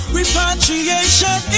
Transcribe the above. repatriation